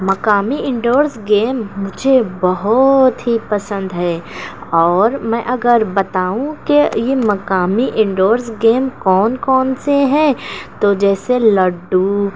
مقامی indoors game مجھے بہت ہی پسند ہے اور میں اگر بتاؤں کہ یہ مقامی انڈورس گیم کون کون سے ہیں تو جیسے لڈو